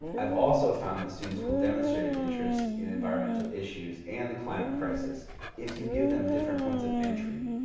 i've also found that students will demonstrate an interest in environmental issues and the climate crisis if you give them different points of entry,